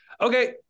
okay